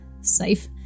safe